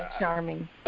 charming